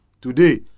Today